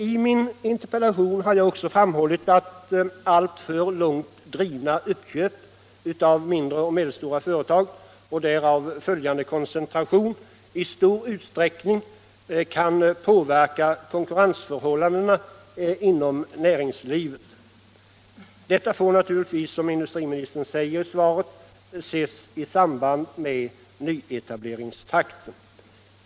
I min interpellation har jag också framhållit att alltför långt drivna uppköp av mindre och medelstora företag och därav följande koncentration i stor utsträckning kan påverka konkurrensförhållandena inom näringslivet. Detta får naturligtvis, som industriministern säger i svaret, ses i samband med nyetableringstakten.